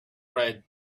red